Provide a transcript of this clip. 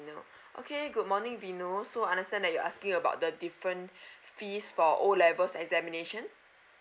vino okay good morning vino so I understand that you're asking about the different fees for O levels examination